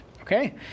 Okay